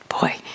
Boy